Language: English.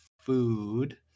food